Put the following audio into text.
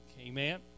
Amen